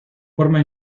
forma